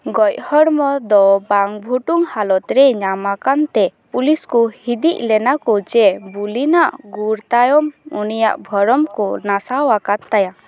ᱜᱚᱡ ᱦᱚᱲᱢᱚ ᱫᱚ ᱵᱟᱝ ᱵᱷᱩᱴᱩᱝ ᱦᱟᱞᱚᱛ ᱨᱮ ᱧᱟᱢᱟᱱ ᱛᱮ ᱯᱩᱞᱤᱥ ᱠᱚ ᱦᱤᱫᱤᱡ ᱞᱮᱱᱟᱠᱚ ᱡᱮ ᱵᱚᱞᱤᱱᱟᱜ ᱜᱩᱨ ᱛᱟᱭᱚᱢ ᱩᱱᱤᱭᱟᱜ ᱵᱷᱚᱨᱚᱢ ᱠᱚ ᱱᱟᱥᱟᱣᱟᱠᱟᱫ ᱛᱟᱭᱟ